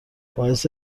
باعث